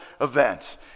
event